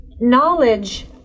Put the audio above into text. knowledge